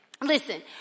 Listen